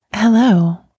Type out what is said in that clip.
Hello